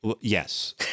Yes